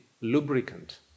lubricant